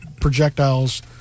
projectiles